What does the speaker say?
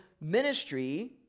ministry